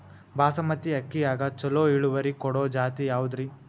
ಬಾಸಮತಿ ಅಕ್ಕಿಯಾಗ ಚಲೋ ಇಳುವರಿ ಕೊಡೊ ಜಾತಿ ಯಾವಾದ್ರಿ?